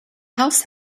house